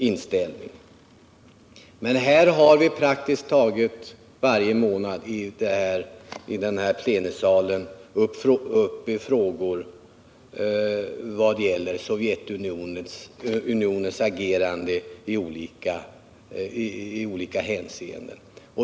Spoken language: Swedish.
Jag vill dock peka på att vi praktiskt taget varje månad här i kammaren diskuterar frågor som gäller Sovjetunionens agerande i olika hänseenden.